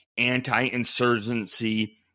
anti-insurgency